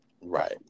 Right